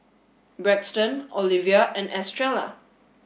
Braxton Olevia and Estrella